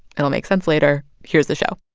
it'll make sense later. here's the show